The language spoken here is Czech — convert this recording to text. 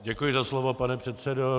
Děkuji za slovo, pane předsedo.